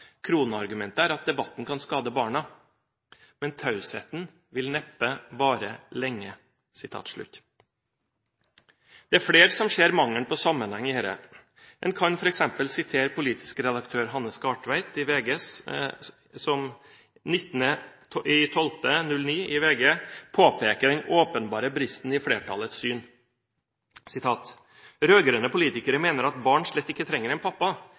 er at debatten kan skade barna. Men tausheten vil neppe vare lenge.» Det er flere som ser mangelen på sammenheng i dette. En kan f.eks. sitere politisk redaktør Hanne Skartveit som 19. desember 2009 i VG påpeker den åpenbare bristen i flertallets syn: «Rødgrønne politikere mener at barn slett ikke trenger en pappa